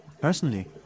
Personally